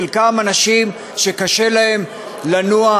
חלקם אנשים שקשה להם לנוע,